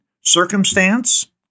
Circumstance